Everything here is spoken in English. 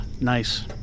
nice